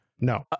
No